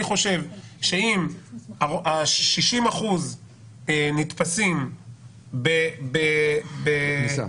אני חושב שאם 60 אחוזים נתפסים בכניסה,